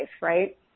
Right